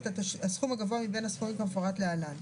את הסכום הגבוה מבין הסכומים כמפורט להלן: